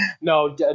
No